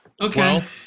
Okay